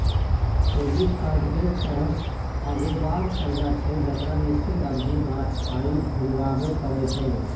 credit card एक तरहक अगोबार करजा छै जकरा निश्चित अबधी बाद पाइ घुराबे परय छै